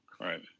Right